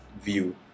view